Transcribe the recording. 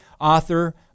Author